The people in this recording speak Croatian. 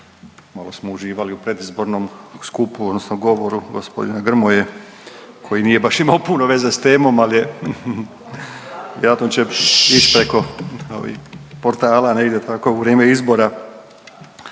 malo smo uživali u predizbornom skupu odnosno govoru gospodina Grmoje koji nije baš imao puno veze s temom, ali je vjerojatno će ići preko ovih portala negdje tako u vrijeme izbora.